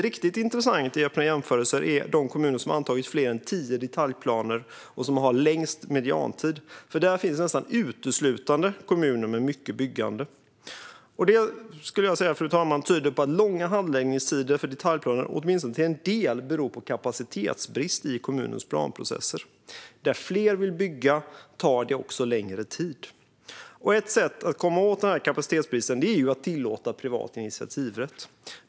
Riktigt intressant i öppna jämförelser blir det när man tittar på de kommuner som har antagit fler än tio detaljplaner och har längst mediantid, för där finns nästan uteslutande kommuner med mycket byggande. Detta, fru talman, skulle jag säga tyder på att långa handläggningstider för detaljplaner åtminstone till en del beror på kapacitetsbrist i kommunens planprocesser. Där fler vill bygga tar det också längre tid. Ett sätt att komma åt kapacitetsbristen är att tillåta privat initiativrätt.